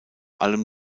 allem